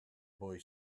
boy